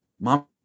mom